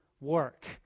work